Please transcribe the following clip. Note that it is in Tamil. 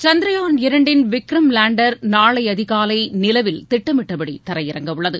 சந்திரயாண் இரண்டின் விக்ரம் லேண்டர் நாளை அதிகாலை நிலவில் திட்டமிட்டபடி தரையிறங்க உள்ளது